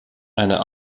einer